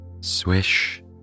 Swish